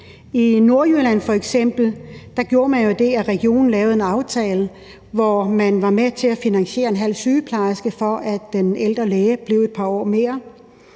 I Nordjylland f.eks. gjorde man jo det, at regionen lavede en aftale, hvor man var med til at finansiere en halv sygeplejerske, for at den ældre læge blev et par år mere.